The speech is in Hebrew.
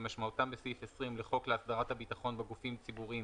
כמשמעותם בסעיף 20 לחוק להסדרת הביטחון בגופים ציבוריים,